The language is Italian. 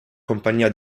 compagnia